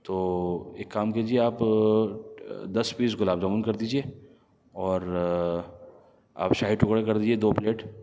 تو ایک کام کیجئے آپ دس پیس گلاب جامن کر دیجئے اور آپ شاہی ٹکڑے کر دیجئے دو پلیٹ